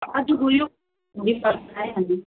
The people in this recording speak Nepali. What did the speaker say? आज गयो भोलि फर्केर आइहाल्ने